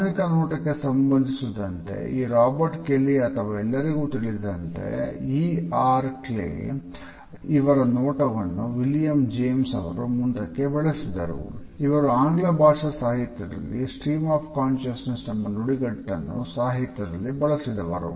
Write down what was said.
ಆಧುನಿಕ ನೋಟಕ್ಕೆ ಸಂಬಂಧಿಸಿದಂತೆ ಈ ರಾಬರ್ಟ್ ಕೆಲ್ಲಿ ಎಂಬ ನುಡಿಗಟ್ಟನ್ನು ಸಾಹಿತ್ಯದಲ್ಲಿ ಬಳಸಿದವರು